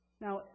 now